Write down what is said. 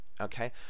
Okay